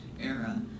era